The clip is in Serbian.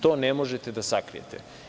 To ne možete da sakrijete.